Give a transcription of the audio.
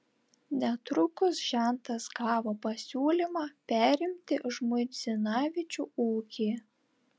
netrukus žentas gavo pasiūlymą perimti žmuidzinavičių ūkį